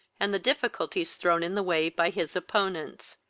and the difficulties thrown in the way by his opponents.